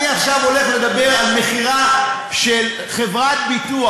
אני עכשיו הולך לדבר על מכירה של חברת ביטוח.